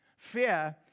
Fear